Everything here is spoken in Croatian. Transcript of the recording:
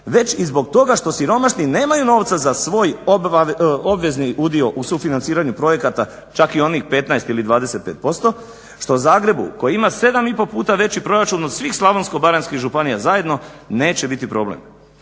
već i zbog toga što siromašni nemaju novca za svoj obvezni dio u sufinanciranju projekata, čak i onih 15 ili 25% što Zagrebu koji ima 7,5 puta veći proračun od svih slavonsko-baranjskih županija zajedno neće biti problem.